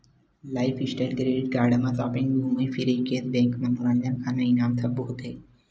lifestyle credit card म shopping, धूमई फिरई, केस बेंक, मनोरंजन, खाना, इनाम सब्बो होथे